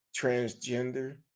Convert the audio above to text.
transgender